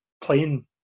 playing